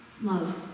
love